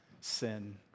sin